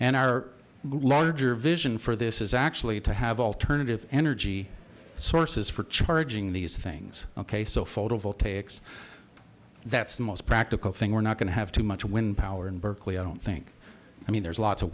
and our larger vision for this is actually to have alternative energy sources for charging these things ok so photovoltaics that's the most practical thing we're not going to have too much wind power in berkeley i don't think i mean there's lots of